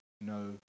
no